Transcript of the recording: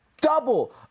double